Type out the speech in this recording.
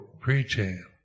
preaching